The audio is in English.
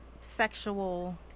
sexual